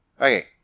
Okay